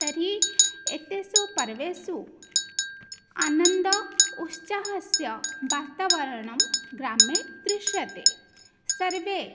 तर्हि एतेषु पर्वसु आनन्द उत्साहस्य वातावरणं ग्रामे दृश्यते सर्वे